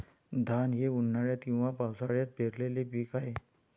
धान हे उन्हाळ्यात किंवा पावसाळ्यात पेरलेले पीक आहे